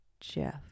Jeff